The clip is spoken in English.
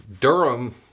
Durham